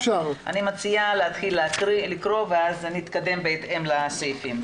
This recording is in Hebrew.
אני מציעה להתחיל לקרוא, ואז נתקדם בהתאם לסעיפים.